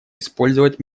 использовать